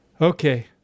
Okay